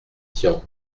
tian